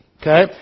okay